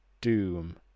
doom